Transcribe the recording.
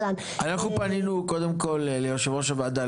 אנחנו פנינו קודם כל ליושב ראש הוועדה,